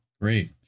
Great